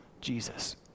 Jesus